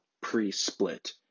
pre-split